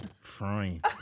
Frying